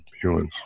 humans